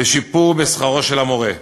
לשיפור בשכרו של המורה.